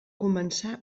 començà